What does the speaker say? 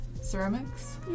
ceramics